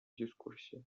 дискуссиях